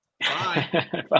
Bye